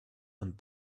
and